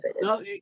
No